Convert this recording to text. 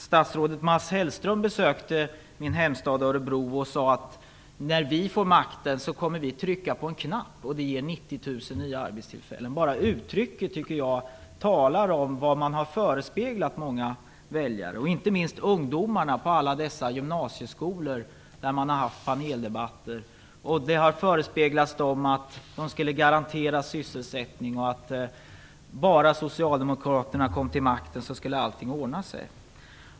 Statsrådet Mats Hellström besökte min hemstad Örebro, där han sade: När vi får makten så kommer vi att trycka på en knapp, och det ger 90 000 nya arbetstillfällen. Jag tycker att bara detta sätt att uttrycka sig talar om vad många väljare har förespeglats, inte minst ungdomarna på alla gymnasieskolor, där man har anordnat paneldebatter. Man har förespeglats att man skulle garanteras sysselsättning och att om socialdemokraterna bara kom till makten så skulle allting ordna sig.